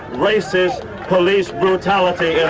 racist police brutality